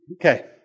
Okay